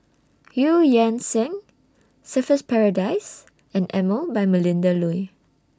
EU Yan Sang Surfer's Paradise and Emel By Melinda Looi